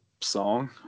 song